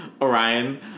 Orion